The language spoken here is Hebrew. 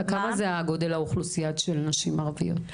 מה גודל האוכלוסייה של נשים ערביות?